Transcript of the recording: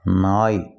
நாய்